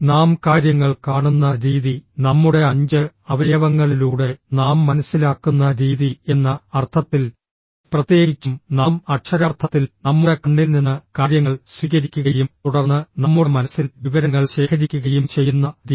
നാം കാര്യങ്ങൾ കാണുന്ന രീതി നമ്മുടെ അഞ്ച് അവയവങ്ങളിലൂടെ നാം മനസ്സിലാക്കുന്ന രീതി എന്ന അർത്ഥത്തിൽ പ്രത്യേകിച്ചും നാം അക്ഷരാർത്ഥത്തിൽ നമ്മുടെ കണ്ണിൽ നിന്ന് കാര്യങ്ങൾ സ്വീകരിക്കുകയും തുടർന്ന് നമ്മുടെ മനസ്സിൽ വിവരങ്ങൾ ശേഖരിക്കുകയും ചെയ്യുന്ന രീതി